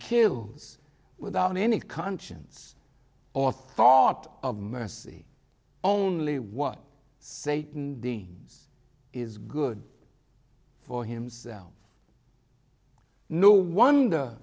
kills without any conscience or thought of mercy only what satan deems is good for himself no wonder